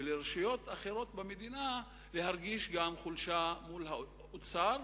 ולרשויות אחרות במדינה להרגיש גם חולשה מול האוצר,